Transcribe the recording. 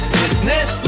business